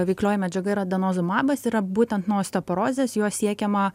veiklioji medžiaga yra denozumabas yra būtent nuo osteoporozės juo siekiama